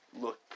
Look